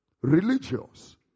Religious